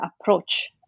approach